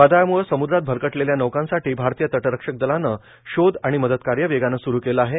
वादळाम्ळे सम्द्रात भरकटलेल्या नौकांसाठी भारतीय तटरक्षक दलानं शोध आणि मदतकार्य वेगानं स्रू केलं आहे